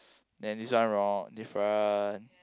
then this one wrong different